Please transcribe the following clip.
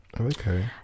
Okay